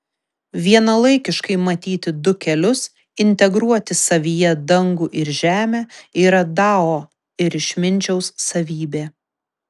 vienalaikiškai matyti du kelius integruoti savyje dangų ir žemę yra dao ir išminčiaus savybė